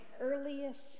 earliest